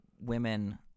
women